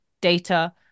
data